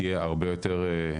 תהיה הרבה יותר,